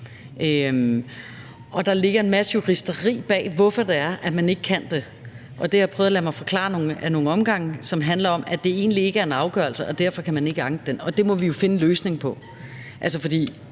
Der ligger en masse juristeri bag, at man ikke kan det, og det har jeg prøvet at lade mig forklare ad nogle omgange. Det handler om, at det egentlig ikke er en afgørelse, og derfor kan man ikke anke den. Det må vi jo finde en løsning på. Det er